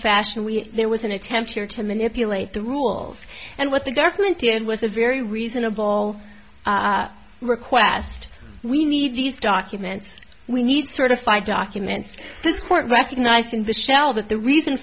fashion we there was an attempt here to manipulate the rules and what the government did was a very reasonable request we need these documents we need certified documents this court recognized in the shell but the reason